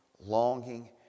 longing